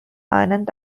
anand